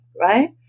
right